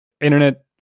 internet